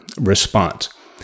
response